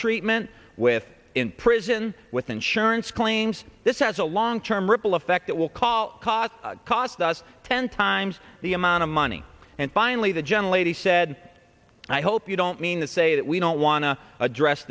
treatment with in prison with insurance claims this has a long term ripple effect that will call cost cost us ten times the amount of money and finally the general eighty said i hope you don't mean to say that we don't want to address